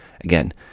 Again